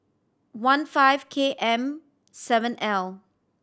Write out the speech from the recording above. one five K M seven L